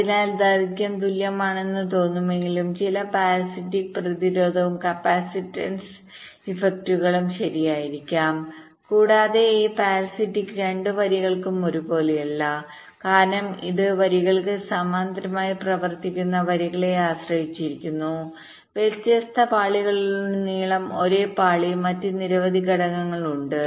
അതിനാൽ ദൈർഘ്യം തുല്യമാണെന്ന് തോന്നുമെങ്കിലും ചില പരസിറ്റിക്സ് പ്രതിരോധവും കപ്പാസിറ്റൻസ് ഇഫക്റ്റുകളുംശരിയായിരിക്കാം കൂടാതെ ഈ പരസിറ്റിക്സ് രണ്ട് വരികൾക്കും ഒരുപോലെയല്ല കാരണം ഇത് ആ വരികൾക്ക് സമാന്തരമായി പ്രവർത്തിക്കുന്ന വരികളെ ആശ്രയിച്ചിരിക്കുന്നു വ്യത്യസ്ത പാളികളിലുടനീളം ഒരേ പാളി മറ്റ് നിരവധി ഘടകങ്ങൾ ഉണ്ട്